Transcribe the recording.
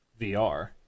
vr